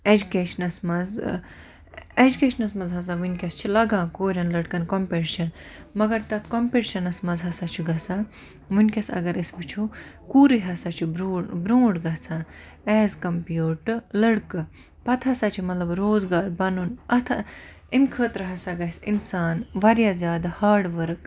ایٚجکیشنَس مَنٛز ایٚجکیشنَس مَنٛز ہَسا وُنکیٚس چھِ لَگان کوریٚن لٔڑکَن کَمپٹشَن مَگَر تَتھ کَمپِٹشَنَس مَنٛز ہَسا چھُ گژھان وُنکیٚس اَگَر أسۍ وُچھو کوٗرٕے ہَسا چھِ برٛونٛٹھ برٛونٛٹھ گَژھان ایٚز کِمپِیٲڑ ٹُو لٔڑکہٕ پَتہٕ ہَسا چھُ مَطلَب روزگار بَنُن اتھ امہِ خٲطرٕ ہَسا گَژھِ اِنسان واریاہ زیادٕ ہاڑ ؤرک